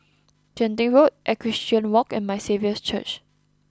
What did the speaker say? Genting Road Equestrian Walk and My Saviour's Church